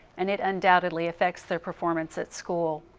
and it undoubtedly affects their performance at school.